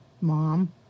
Mom